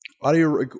Audio